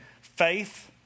faith